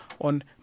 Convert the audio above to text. on